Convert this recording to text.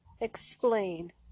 Explain